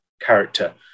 character